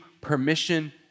permission